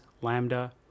Lambda